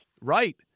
Right